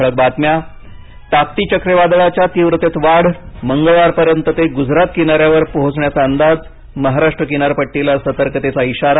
ठळक बातम्या टाकटी चक्रीवादळाच्या तीव्रतेत वाढ मंगळवारपर्यंत ते गुजरात किनाऱ्यावर पोहोचण्याचा अंदाज महाराष्ट्र किनारपट्टीला सतर्कतेचा इशारा